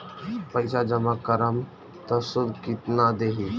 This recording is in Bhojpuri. पैसा जमा करम त शुध कितना देही?